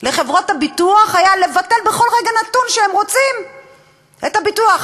לחברות הביטוח לבטל בכל רגע שהן רוצות את הביטוח.